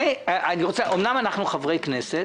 אמנם אנחנו חברי כנסת